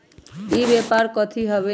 ई व्यापार कथी हव?